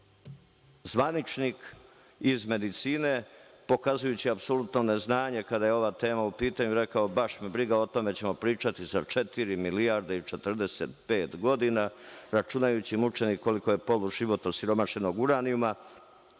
zvaničnik iz medicine, pokazujući apsolutno neznanje kada je ova tema u pitanju, rekao je - baš me briga o tome ćemo pričati za četiri milijarde i 45 godina, računajući mučenik koliko je poluživot osiromašenog uranijuma,